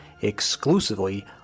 exclusively